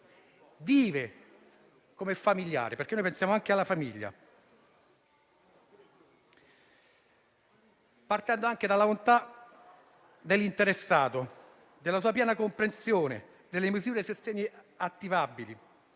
tale condizione, perché pensiamo anche alla famiglia, partendo anche dalla volontà dell'interessato, dalla sua piena comprensione e dalle misure di sostegno attivabili.